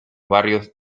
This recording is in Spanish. barrios